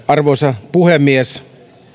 arvoisa puhemies